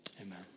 Amen